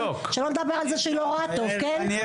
שלא נדבר על זה שהיא לא רואה טוב, כן.